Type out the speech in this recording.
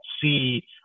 see